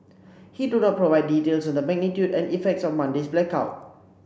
he do not provide details on the magnitude and effects of Monday's blackout